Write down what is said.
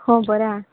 ହଁ ପରା